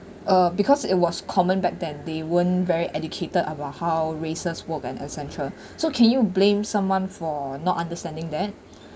uh because it was common back then they weren't very educated about how races work and etcetera so can you blame someone for not understanding that